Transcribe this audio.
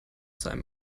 zum